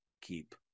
keep